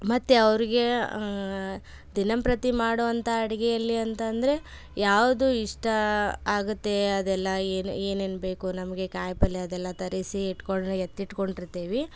ಮತ್ತು ಅವ್ರಿಗೆ ದಿನಂಪ್ರತಿ ಮಾಡುವಂಥ ಅಡುಗೆಯಲ್ಲಿ ಅಂತಂದರೆ ಯಾವುದು ಇಷ್ಟ ಆಗುತ್ತೆ ಅದೆಲ್ಲ ಏನು ಏನೇನು ಬೇಕು ನಮಗೆ ಕಾಯಿ ಪಲ್ಲೆ ಅದೆಲ್ಲ ತರಿಸಿ ಇಟ್ಕೋ ಎತ್ತಿಟ್ಟುಕೊಂಡಿರ್ತೀವಿ